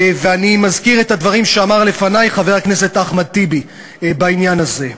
ואני מזכיר את הדברים שאמר לפני חבר הכנסת אחמד טיבי בעניין הזה,